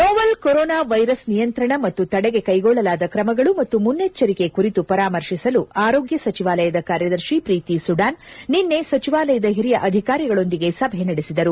novel corona virus ನಿಯಂತ್ರಣ ಮತ್ತು ತಡೆಗೆ ಕೈಗೊಳ್ಳಲಾದ ಕ್ರಮಗಳು ಮತ್ತು ಮುನ್ನೆಚ್ಚರಿಕೆ ಕುರಿತು ಪರಾಮರ್ಶಿಸಲು ಆರೋಗ್ಕ ಸಚಿವಾಲಯದ ಕಾರ್ಯದರ್ಶಿ ಪ್ರೀತಿ ಸುಡಾನ್ ನಿನ್ನೆ ಸಚಿವಾಲಯದ ಓರಿಯ ಅಧಿಕಾರಿಗಳೊಂದಿಗೆ ಸಭೆ ನಡೆಸಿದರು